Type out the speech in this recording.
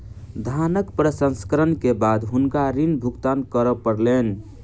धानक प्रसंस्करण के बाद हुनका ऋण भुगतान करअ पड़लैन